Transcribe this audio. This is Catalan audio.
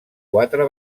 quatre